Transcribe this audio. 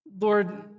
Lord